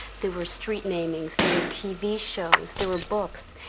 there were street namings, there were tv shows, there were books,